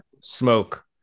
smoke